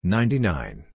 Ninety-nine